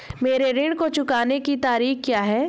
मेरे ऋण को चुकाने की तारीख़ क्या है?